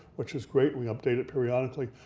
which is great, we update it periodically.